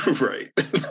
right